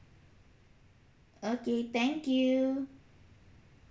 okay thank you